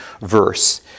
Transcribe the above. verse